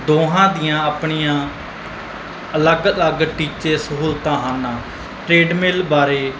ਦੋਹਾਂ ਦੀਆਂ ਆਪਣੀਆਂ ਅਲੱਗ ਅਲੱਗ ਟੀਚੇ ਸਹੂਲਤਾਂ ਹਨ ਟਰੇਡਮਿਲ ਬਾਰੇ